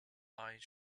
eyes